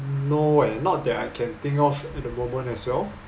no and not that I can think of at the moment as well